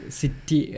city